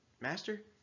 Master